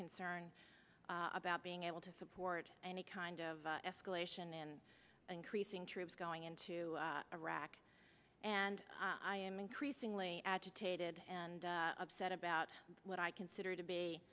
concern about being able to support any kind of escalation and increasing troops going into iraq and i am increasingly agitated and upset about what i consider to